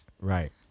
right